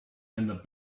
and